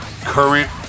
current